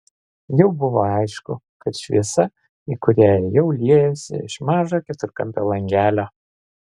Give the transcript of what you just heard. jau buvo aišku kad šviesa į kurią ėjau liejosi iš mažo keturkampio langelio